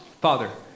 Father